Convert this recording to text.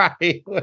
Right